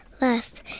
Last